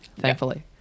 thankfully